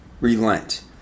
relent